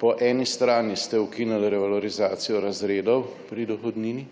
Po eni strani ste ukinili revalorizacijo razredov pri dohodnini,